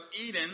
Eden